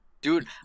Dude